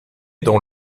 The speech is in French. dans